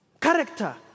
Character